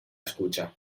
escucha